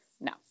no